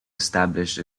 established